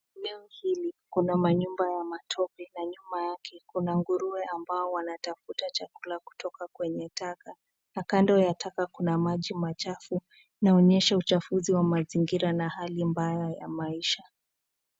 Eneo hili kuna manyumba ya matope, na nyuma yake, kuna nguruwe ambao wanatafuta chakula kutoka kwenye taka, na kando ya taka kuna maji machafu, inaonyesha uchafuzi wa mazingira na hali mbaya ya maisha.